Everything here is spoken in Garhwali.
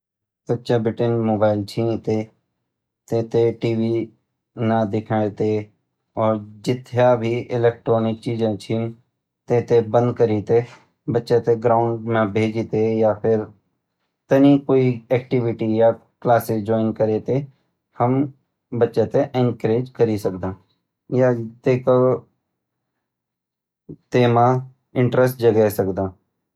बच्चा बटिन मोबाइल छिनी तै तैं थैं टीबी न दिखाई तै और जथ्या भी इलैक्ट्रोनिक चीजें छ तै थैं बन्द करी तैं बच्चा तैं ग्राउन्ड मा भेजी तै या फिर तनी कोई एक्टिविटी या क्लासेस ज्वाइन करी तैं हम बच्चा तैं इन्करेज करी सकदा या तै मा इन्ट्रेस्ट जगयी सकदा।